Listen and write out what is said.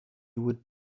would